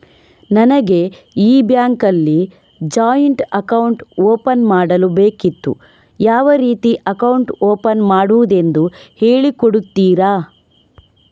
ನನಗೆ ಈ ಬ್ಯಾಂಕ್ ಅಲ್ಲಿ ಜಾಯಿಂಟ್ ಅಕೌಂಟ್ ಓಪನ್ ಮಾಡಲು ಬೇಕಿತ್ತು, ಯಾವ ರೀತಿ ಅಕೌಂಟ್ ಓಪನ್ ಮಾಡುದೆಂದು ಹೇಳಿ ಕೊಡುತ್ತೀರಾ?